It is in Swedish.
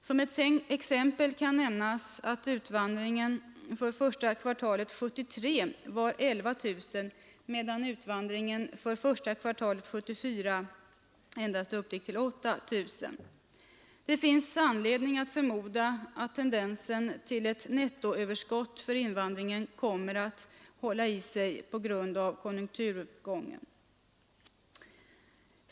Som ett exempel kan nämnas att utvandringen under första kvartalet 1973 var 11 000, medan den under första kvartalet 1974 uppgick till endast 8 000. Det finns anledning att förmoda att tendensen till ett nettoöverskott av invandrare kommer att hålla i sig på grund av konjunkturuppgången.